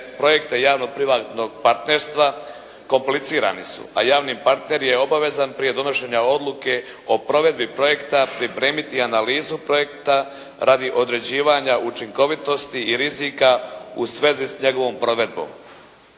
projekte javnog privatnog partnerstva komplicirani su, a javni partner je obavezan prije donošenja odluke o provedbi projekta pripremiti analizu projekta radi određivanja učinkovitosti i rizika u svezi s njegovom provedbom.